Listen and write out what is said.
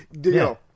Deal